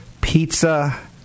pizza